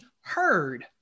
heard